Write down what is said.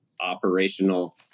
operational